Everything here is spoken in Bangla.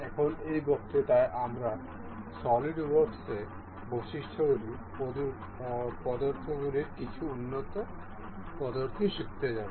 এখন এই বক্তৃতায় আমরা সলিডওয়ার্কসে বৈশিষ্ট্যযুক্ত পদ্ধতিগুলির কিছু উন্নত পদ্ধতি শিখতে যাব